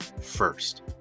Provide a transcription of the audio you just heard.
First